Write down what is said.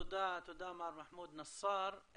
תודה, מר מחמוד נסאר.